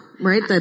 Right